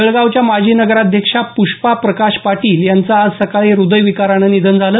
जळगावच्या माजी नगराध्यक्षा प्रष्पा प्रकाश पाटील यांचं आज सकाळी हृदय विकारानं निधन झालं